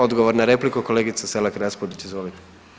Odgovor na repliku, kolegice Selak Raspudić, izvolite.